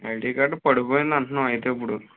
ID card పడిపోయిందంటున్నావు అయితే ఇప్పుడు